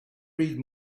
read